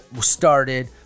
started